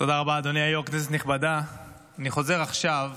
אדוני היו"ר, כנסת נכבדה, אני חוזר עכשיו,